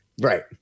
Right